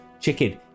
chicken